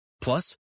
Plus